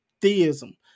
theism